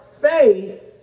faith